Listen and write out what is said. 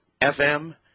FM